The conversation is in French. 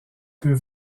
peut